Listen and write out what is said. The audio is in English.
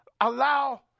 allow